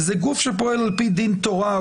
הרי זה גוף שפועל על-פי דין תורה,